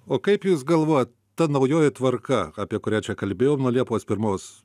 o kaip jūs galvojat ta naujoji tvarka apie kurią čia kalbėjau nuo liepos pirmos